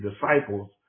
disciples